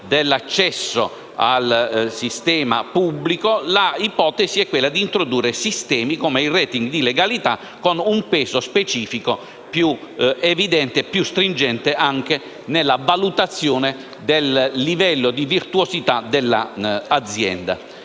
dell'accesso al sistema pubblico, l'ipotesi è di introdurre sistemi, come il *rating* di legalità, con un peso specifico più stringente, anche nella valutazione del livello di virtuosità dell'azienda.